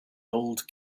old